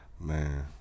Man